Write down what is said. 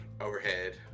overhead